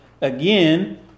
again